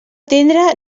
tindre